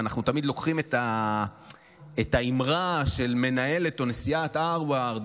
אנחנו תמיד לוקחים את האמרה של מנהלת או נשיאת הרווארד,